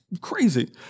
crazy